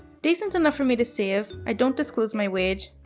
decent enough for me to save. i don't disclose my wage.